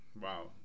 Wow